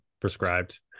prescribed